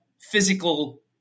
physical